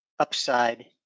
upside